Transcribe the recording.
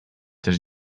też